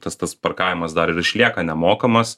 tas tas parkavimas dar ir išlieka nemokamas